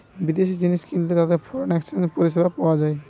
বিদেশি জিনিস কিনলে তাতে ফরেন এক্সচেঞ্জ পরিষেবাতে পায়